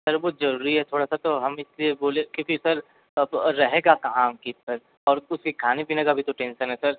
sir बहुत जरूरी है थोड़ा सा तो हम इसलिए बोले क्योंकि सर अब रहेगा कहाँ अंकित सर और उसकी खाने पीने का भी तो टेंशन है सर